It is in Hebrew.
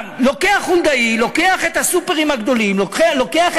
לוקח חולדאי את הסופרים הגדולים, את